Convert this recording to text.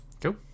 Cool